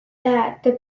that